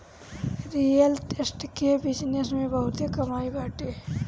real estate के business में बहुते कमाई बाटे